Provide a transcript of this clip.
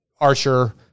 Archer